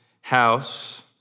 house